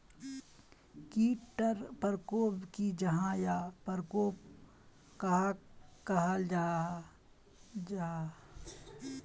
कीट टर परकोप की जाहा या परकोप कहाक कहाल जाहा जाहा?